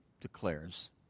declares